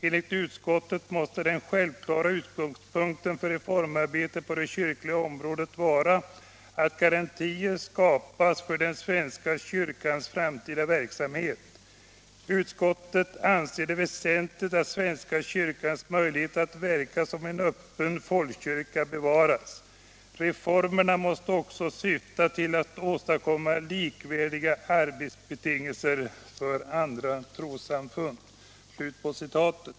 Enligt utskottet måste den självklara utgångspunkten för reformarbetet på det kyrkliga området vara att garantier skapas för den svenska kyrkans framtida verksamhet. Utskottet anser det väsentligt att svenska kyrkans möjligheter att verka som öppen folkkyrka bevaras. Reformerna måste också syfta till att åstadkomma likvärdiga arbetsbetingelser för andra trossamfund”.